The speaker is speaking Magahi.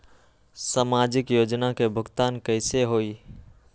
समाजिक योजना के भुगतान कैसे होई?